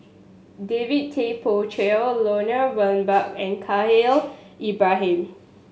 David Tay Poey Cher Lloyd Valberg and Khalil Ibrahim